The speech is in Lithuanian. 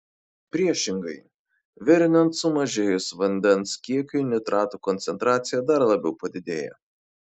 priešingai virinant sumažėjus vandens kiekiui nitratų koncentracija dar labiau padidėja